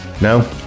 No